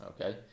okay